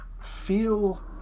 feel